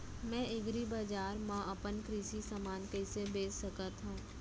मैं एग्रीबजार मा अपन कृषि समान कइसे बेच सकत हव?